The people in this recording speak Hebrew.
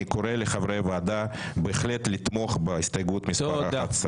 אני קורא לחברי הוועדה בהחלט לתמוך בהסתייגות מספר 11. תודה.